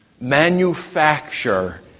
Manufacture